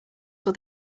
what